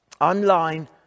online